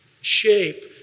shape